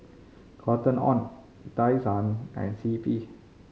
Cotton On Tai Sun and C P